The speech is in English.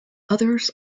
others